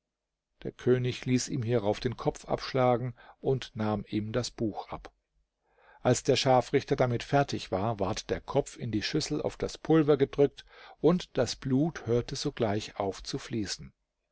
der könig ließ ihm hierauf den kopf abschlagen und nahm ihm das buch ab als der scharfrichter damit fertig war ward der kopf in die schüssel auf das pulver gedrückt und das blut hörte sogleich auf zu fließen